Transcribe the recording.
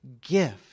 gift